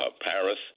Paris